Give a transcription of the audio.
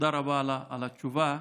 תודה רבה על התשובה.